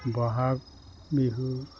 Bohag Bihu